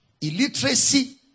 Illiteracy